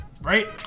Right